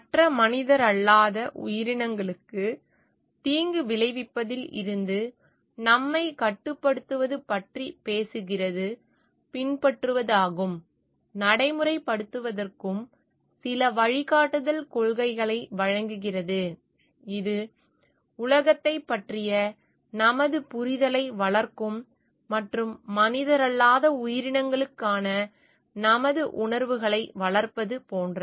மற்ற மனிதரல்லாத உயிரினங்களுக்கு தீங்கு விளைவிப்பதில் இருந்து நம்மை கட்டுப்படுத்துவது பற்றி பேசுகிறது பின்பற்றுவதற்கும் நடைமுறைப்படுத்துவதற்கும் சில வழிகாட்டுதல் கொள்கைகளை வழங்குகிறது இது உலகத்தைப் பற்றிய நமது புரிதலை வளர்க்கும் மற்றும் மனிதரல்லாத உயிரினங்களுக்கான நமது உணர்வுகளை வளர்ப்பது போன்றது